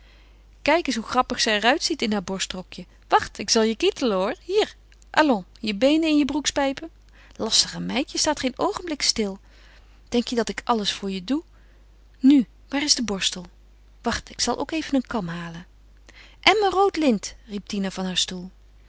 kijk eens hoe grappig ze er uitziet in haar borstrokje wacht ik zal je kietelen hoor hier allons je beenen in je broekspijpen lastige meid je staat geen oogenblik stil en handjes thuis s'il te plait je maakt al mijn haar in de war kom knoop zelf je jersey dicht hoor denk je dat ik alles voor je doe nu waar is de borstel wacht ik zal ook even een kam halen en mijn rood lint riep tina van haar stoel